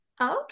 Okay